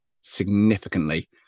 significantly